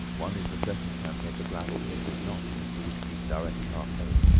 one is the circumstance that the gravel pit was not in mr. wicksteed's direct path home,